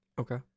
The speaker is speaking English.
Okay